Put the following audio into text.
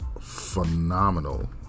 phenomenal